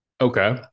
Okay